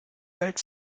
welt